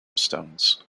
stones